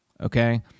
okay